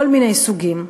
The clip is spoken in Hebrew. כל מיני סוגים.